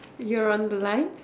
you're on the line